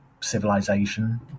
civilization